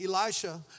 Elisha